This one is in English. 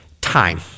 Time